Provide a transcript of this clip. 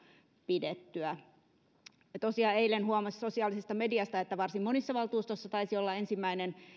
pidettyä tosiaan eilen huomasi sosiaalisesta mediasta että varsin monissa valtuustoissa taisi olla ensimmäinen